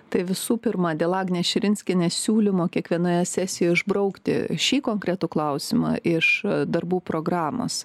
tai visų pirma dėl agnės širinskienės siūlymo kiekvienoje sesijo išbraukti šį konkretų klausimą iš darbų programos